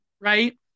right